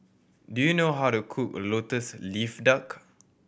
do you know how to cook Lotus Leaf Duck